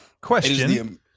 Question